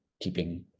Keeping